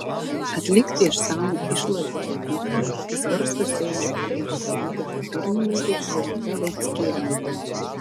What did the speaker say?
atlikti išsamų išlaidų auditą svarsto seimo audito komiteto pirmininkė jolita vaickienė